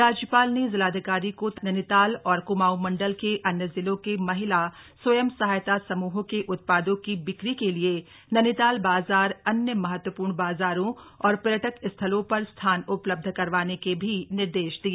राज्यपाल ने जिलाधिकारी को नैनीताल और क्माऊं मण्डल के अन्य जिलों के महिला स्वयं सहायता समूहों के उत्पादों की बिक्री के लिए नैनीताल बाजार अन्य महत्वपूर्ण बाजारों और पर्यटक स्थलों पर स्थान उपलब्ध करवाने के भी निर्देश दिए